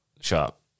shop